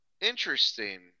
Interesting